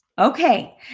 Okay